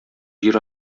җир